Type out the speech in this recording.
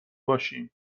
باشیم